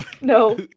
No